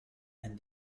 and